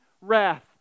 wrath